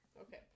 Okay